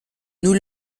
nous